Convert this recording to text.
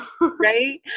right